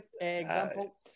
example